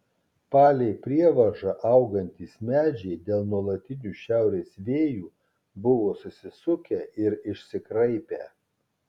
palei prievažą augantys medžiai dėl nuolatinių šiaurės vėjų buvo susisukę ir išsikraipę